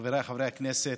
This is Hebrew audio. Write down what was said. חבריי חברי הכנסת,